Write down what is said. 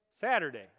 Saturday